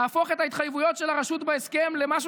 להפוך את ההתחייבויות של הרשות בהסכם למשהו